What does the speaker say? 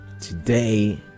Today